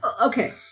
Okay